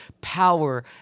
power